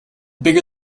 bigger